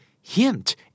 hint